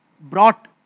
brought